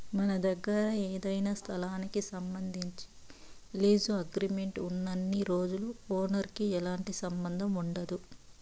మన దగ్గర ఏదైనా స్థలానికి సంబంధించి లీజు అగ్రిమెంట్ ఉన్నన్ని రోజులు ఓనర్ కి ఎలాంటి సంబంధం ఉండదు